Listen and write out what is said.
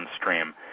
stream